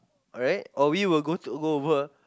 alright or we will go over